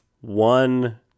one